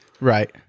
right